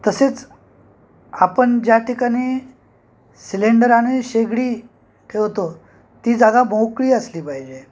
तसेच आपण ज्या ठिकाणी सिलेंडर आणि शेगडी ठेवतो ती जागा मोकळी असली पाहिजे